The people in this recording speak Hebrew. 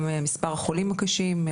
גם מספר החולים הקשים,